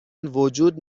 وجود